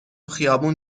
خیابون